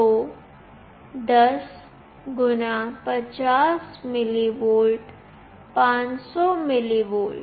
तो 10 x 50 mV 500 mV